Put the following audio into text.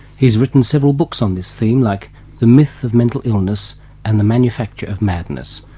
he's written several books on this theme like the myth of mental illness and the manufacture of madness.